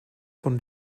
von